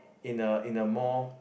in a in a more